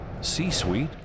C-Suite